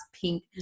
pink